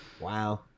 Wow